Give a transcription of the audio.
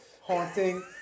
Haunting